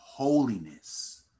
Holiness